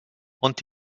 ont